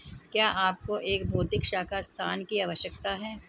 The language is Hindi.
क्या आपको एक भौतिक शाखा स्थान की आवश्यकता है?